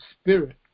spirit